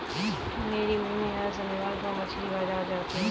मेरी मम्मी हर शनिवार को मछली बाजार जाती है